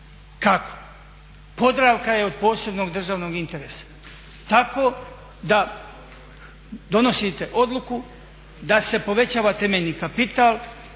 kako? Podravka je od posebnog državnog interesa tako da donosite odluku da se povećava temeljni kapital,